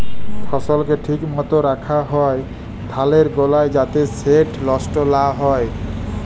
ফসলকে ঠিক মত রাখ্যা হ্যয় ধালের গলায় যাতে সেট লষ্ট লা হ্যয়